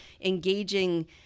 engaging